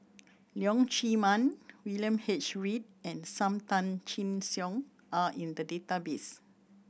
Leong Chee Mun William H Read and Sam Tan Chin Siong are in the database